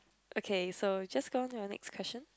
okay so just go on to your next question